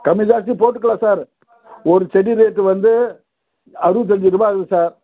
கம்மி காசுக்கு போட்டுக்கலாம் சார் ஒரு செடி ரேட்டு வந்து அறுபத்தஞ்சு ரூபாய் ஆகுது சார்